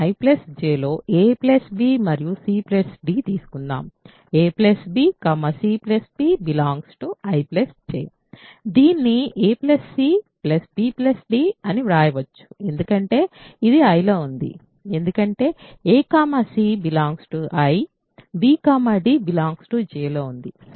I J లో a b మరియు c d తీసుకుందాం ab cd IJదీన్ని ac bd అని వ్రాయవచ్చు ఎందుకంటే ఇది I లో ఉంది ఎందుకంటే ac I bd J లో ఉంది సమస్య లేదు